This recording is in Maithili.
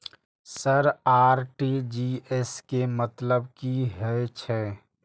सर आर.टी.जी.एस के मतलब की हे छे?